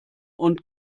und